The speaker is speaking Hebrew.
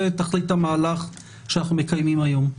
זה תכלית המהלך שאנחנו מקיימים היום.